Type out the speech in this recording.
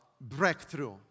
breakthrough